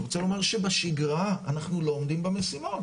אני רוצה לומר שבשגרה אנחנו לא עומדים במשימות.